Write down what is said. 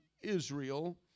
Israel